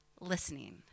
listening